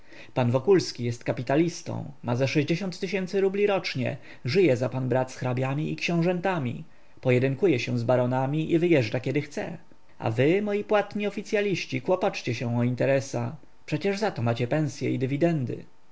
pan wokulski jest kapitalistą ma ze tysięcy rubli rocznie żyje za pan brat z hrabiami i książętami pojedynkuje się z baronami i wyjeżdża kiedy chce a wy moi płatni oficyaliści kłopoczcie się o interesa przecie za to macie pensye i dywidendy